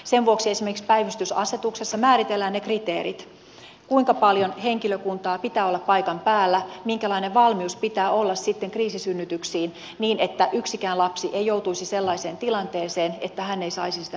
sen vuoksi esimerkiksi päivystysasetuksessa määritellään ne kriteerit kuinka paljon henkilökuntaa pitää olla paikan päällä minkälainen valmius pitää olla sitten kriisisynnytyksiin niin että yksikään lapsi ei joutuisi sellaiseen tilanteeseen että hän ei saisi sitä riittävää apua